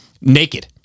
naked